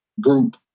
group